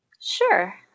Sure